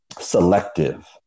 selective